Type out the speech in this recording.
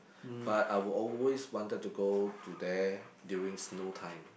but I will always wanted to go to there during snow time